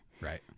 Right